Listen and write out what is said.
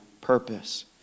purpose